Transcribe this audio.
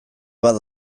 bat